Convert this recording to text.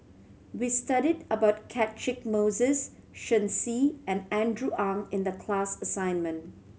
we studied about Catchick Moses Shen Xi and Andrew Ang in the class assignment